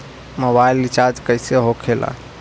Mobile recharge कैसे होखे ला?